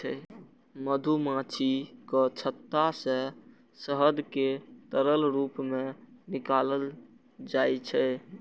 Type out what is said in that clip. मधुमाछीक छत्ता सं शहद कें तरल रूप मे निकालल जाइ छै